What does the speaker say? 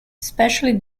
especially